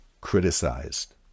criticized